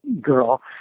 girl